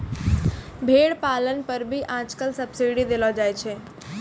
भेड़ पालन पर भी आजकल सब्सीडी देलो जाय छै